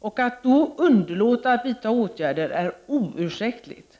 Att i det läget underlåta att vidta åtärder är oursäktligt.